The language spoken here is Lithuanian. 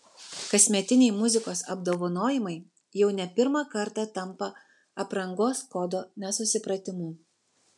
kasmetiniai muzikos apdovanojimai jau ne pirmą kartą tampa aprangos kodo nesusipratimu